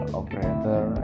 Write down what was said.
operator